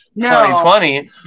2020